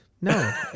no